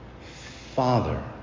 father